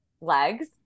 legs